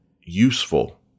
useful